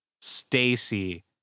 Stacy